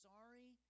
Sorry